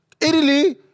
Italy